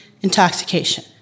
intoxication